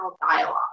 dialogue